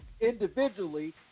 individually